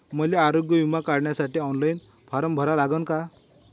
मले आरोग्य बिमा काढासाठी ऑनलाईन फारम भरा लागन का?